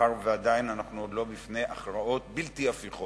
מאחר שעדיין אנחנו לא עומדים לפני הכרעות בלתי הפיכות,